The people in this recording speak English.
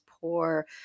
poor